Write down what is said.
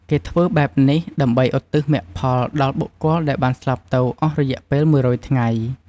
គេធ្ចើបែបនេះ ដើម្បីឧទ្ទិសមគ្គផលដល់បុគ្គលដែលបានស្លាប់ទៅអស់រយៈពេល ១០០ ថ្ងៃ។